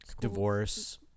Divorce